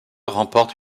remportent